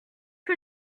que